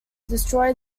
destroy